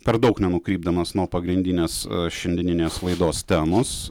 per daug nenukrypdamas nuo pagrindinės šiandieninės laidos temos